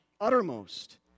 uttermost